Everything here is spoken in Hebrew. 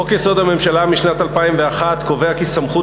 חוק-יסוד: הממשלה משנת 2001 קובע כי סמכות